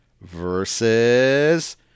versus